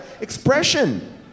expression